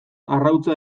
arrautza